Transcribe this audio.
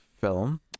film